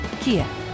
Kia